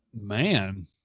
Man